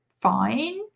fine